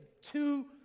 two